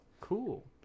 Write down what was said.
Cool